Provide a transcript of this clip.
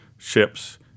Ships